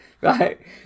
Right